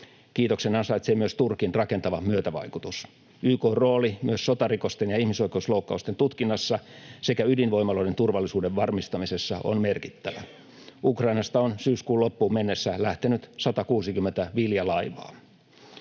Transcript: Kiitoksen ansaitsee myös Turkin rakentava myötävaikutus. YK:n rooli myös sotarikosten ja ihmisoikeusloukkausten tutkinnassa sekä ydinvoimaloiden turvallisuuden varmistamisessa on merkittävä. Ukrainasta on syyskuun loppuun mennessä lähtenyt 160 viljalaivaa.